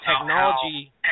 technology